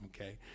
okay